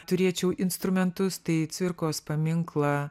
turėčiau instrumentus tai cvirkos paminklą